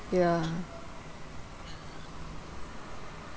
ya